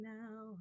now